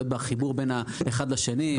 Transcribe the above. בחיבור בין אחד לשני.